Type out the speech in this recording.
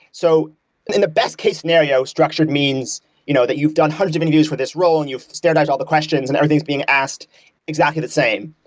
so in the best case scenario, structured means you know that you've done hundreds of interviews for this role and you've standardized all the questions and everything is being asked exactly the same.